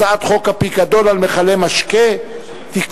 הצעת חוק הפיקדון על מכלי משקה (תיקון,